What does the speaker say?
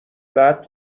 بعد